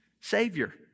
Savior